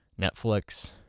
Netflix